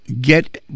get